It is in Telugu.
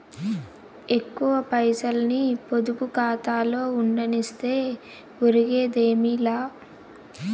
ఎక్కువ పైసల్ని పొదుపు కాతాలో ఉండనిస్తే ఒరిగేదేమీ లా